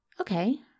Okay